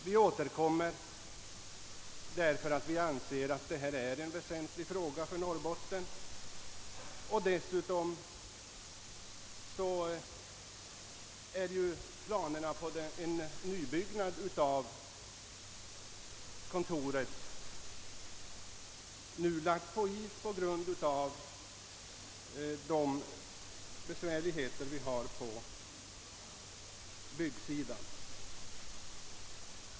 Vi återkommer därför att vi anser att detta är en väsentlig fråga för Norrbotten, och dessutom är ju planerna på en nybyggnad av kontoret nu ställda på framtiden på grund av besvärligheter på byggsidan.